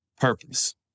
purpose